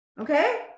Okay